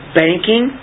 banking